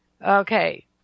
Okay